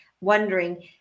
wondering